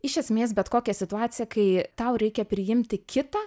iš esmės bet kokią situaciją kai tau reikia priimti kitą